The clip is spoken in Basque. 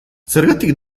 zergatik